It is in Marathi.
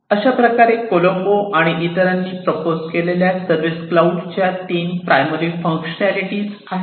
अशाप्रकारे कोलंबो आणि इतरांनी प्रपोज केलेल्या सर्विस क्लाऊड च्या तीन प्रायमरी फंक्शनालिटी आहेत